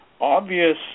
obvious